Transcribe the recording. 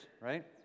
right